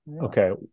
Okay